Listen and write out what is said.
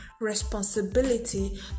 responsibility